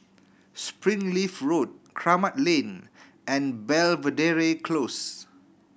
Springleaf Road Kramat Lane and Belvedere Close